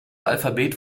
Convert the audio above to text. alphabet